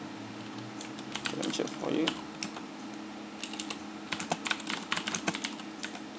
let me check for you